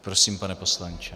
Prosím, pane poslanče.